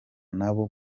nabo